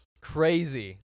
Crazy